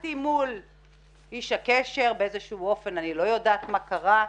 התנהלתי מול איש הקשר באיזשהו אופן ואני לא יודעת מה קרה,